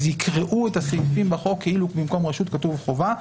יקראו את הסעיפים בחוק כאילו במקום 'רשות' כתוב 'חובה'.